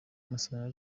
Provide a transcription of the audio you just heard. musonera